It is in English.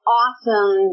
awesome